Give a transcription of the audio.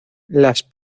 las